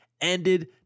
ended